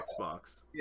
Xbox